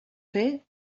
fer